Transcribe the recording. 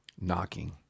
knocking